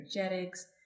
energetics